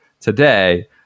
today